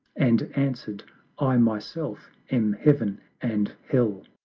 and answer'd i myself am heav'n and hell